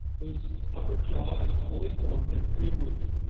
whose upper jaw is fully formed and free-moving,